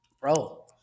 bro